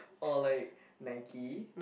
or like Nike